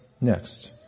next